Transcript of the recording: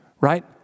right